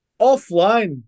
offline